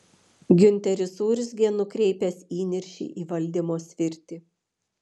giunteris urzgė nukreipęs įniršį į valdymo svirtį